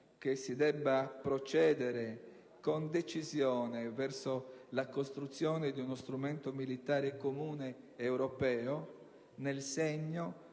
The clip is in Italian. che si debba procedere con decisione verso la costruzione di uno strumento militare comune europeo, nel segno